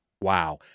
Wow